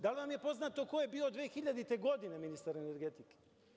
Da li vam je poznato ko je bio 2000. godine ministar energetike?